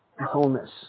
wholeness